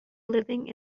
living